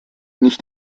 nicht